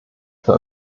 für